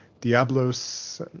diablos